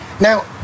Now